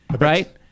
Right